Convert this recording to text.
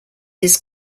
his